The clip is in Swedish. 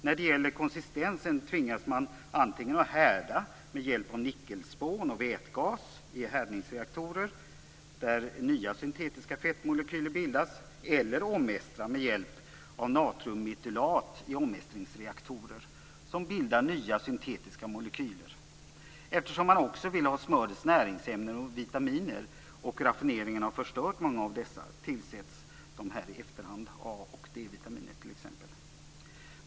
När det gäller konsistensen tvingas man antingen härda med hjälp av nickelspån och vätgas i härdningsreaktorer, där nya syntetiska fettmolekyler bildas, eller genom att omestra med hjälp av natriummetylat i omestringsreaktorer som bildar nya syntetiska molekyler. Eftersom man också vill ha smörets näringsämnen och vitaminer och raffineringen har förstört många av dessa, tillsätts t.ex. A och D-vitaminer i efterhand.